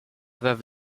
veuve